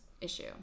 issue